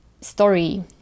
story